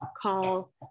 call